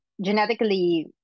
genetically